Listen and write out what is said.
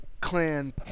Clan